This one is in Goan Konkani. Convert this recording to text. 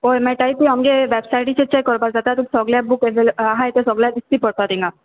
ओय मेळटाय तूंय आमगे वॅबसायटीचेर चॅक कोरपा जाता तुका सोगले बूक अवेले आहाय ते सोगले दिसती पोडटो तिंगा